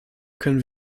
können